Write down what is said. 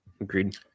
Agreed